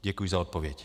Děkuji za odpověď.